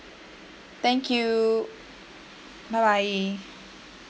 thank you bye bye